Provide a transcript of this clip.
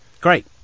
Great